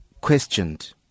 questioned